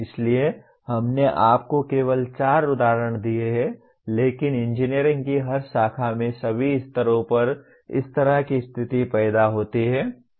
इसलिए हमने आपको केवल चार उदाहरण दिए हैं लेकिन इंजीनियरिंग की हर शाखा में सभी स्तरों पर इस तरह की स्थिति पैदा होती है